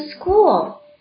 school